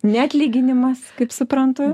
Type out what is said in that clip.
ne atlyginimas kaip suprantu